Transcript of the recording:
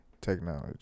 technology